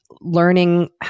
learning